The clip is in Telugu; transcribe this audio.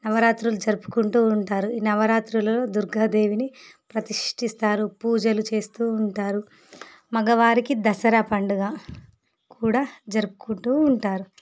నవరాత్రులు జరుపుకుంటూ ఉంటారు ఈ నవరాత్రులు దుర్గాదేవిని ప్రతిష్టిస్తారు పూజలు చేస్తూ ఉంటారు మగవారికి దసరా పండుగ కూడా జరుపుకుంటూ ఉంటారు